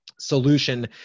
solution